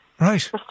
Right